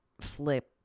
flip